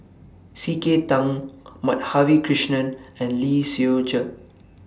C K Tang Madhavi Krishnan and Lee Seow Ser